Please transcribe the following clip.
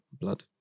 blood